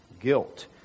guilt